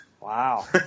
Wow